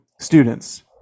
students